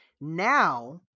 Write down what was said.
Now